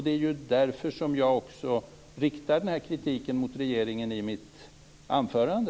Det är ju därför som jag också riktar denna kritik mot regeringen i mitt anförande.